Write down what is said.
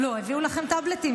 לא, הביאו לכם גם טאבלטים.